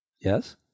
Yes